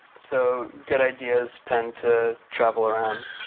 so good ideas tend to travel around.